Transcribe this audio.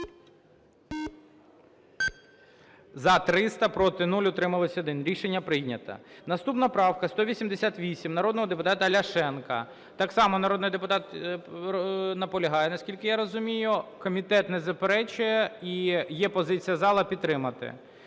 За-300 Проти – 0, утримались – 1. Рішення прийнято. Наступна правка 188 народного депутата Ляшенка. Так само народний депутат наполягає, наскільки я розумію. Комітет не заперечує і є позиція зала підтримати.